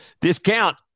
discount